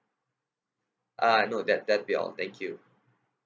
uh no that that would be all thank you